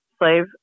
slave